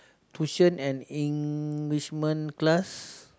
tuition and enrichment class